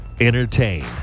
Entertain